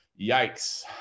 Yikes